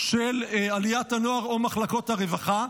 של עליית הנוער או מחלקות הרווחה.